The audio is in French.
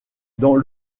dans